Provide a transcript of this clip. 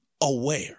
aware